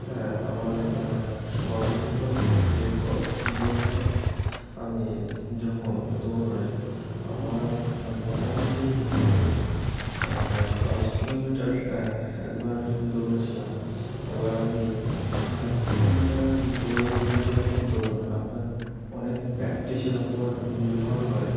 হ্যাঁ আমার সর্বোচ্চ রেকর্ড বলতে আমি যখন দৌড়াই আমার মোটামুটি আমি দশ কিলোমিটার একবার দৌড়েছিলাম এবার আপনি দশ কিলোমিটার দৌড় যদি আপনি দৌড়ান আপনার অনেক প্র্যাকটিসের উপর নির্ভর করে